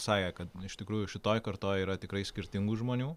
sakė kad iš tikrųjų šitoj kartoj yra tikrai skirtingų žmonių